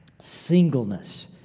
singleness